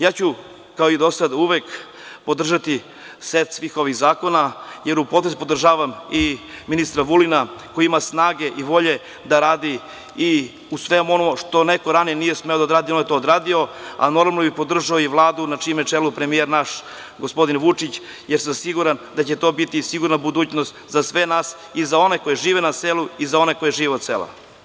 Ja ću, kao i do sada, uvek podržati set svih ovih zakona jer u potpunosti podržavam i ministra Vulina koji ima snage i volje da radi i u svemu onome što neko ranije nije smeo da radi on je to odradio, a normalno bih podržao i Vladu na čijem je čelu premijer naš gospodin Vučić, jer sam siguran da će to biti sigurna budućnost za sve nas i za one koji žive na selu i za one koji žive od sela.